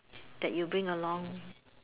that you bring along